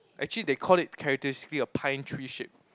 actually they call it characteristically a pine tree shape